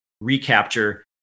recapture